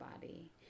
body